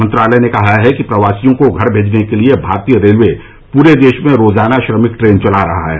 मंत्रालय ने कहा है कि प्रवासियों को घर भेजने के लिए भारतीय रेलवे पूरे देश में रोजाना श्रमिक ट्रेन चला रहा है